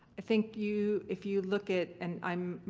i think you. if you look at and i'm.